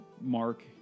Mark